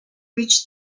reach